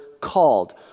called